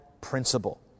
principle